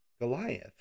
Goliath